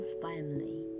family